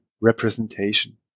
representation